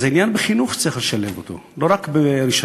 זה עניין שצריך לשלב אותו בחינוך, לא רק ברישיון.